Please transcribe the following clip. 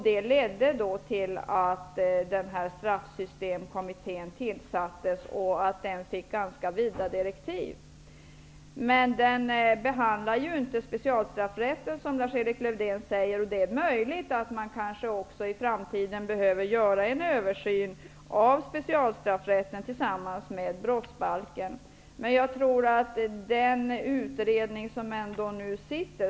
Det ledde till att straffsystemkommittén tillsattes, och den fick ganska vida direktiv. Den behandlar dock inte specialstraffrätten, som Lars-Erik Lövdén säger. Det är möjligt att det också i framtiden måste göras en översyn av specialstraffrätten, tillsammans med brottsbalken.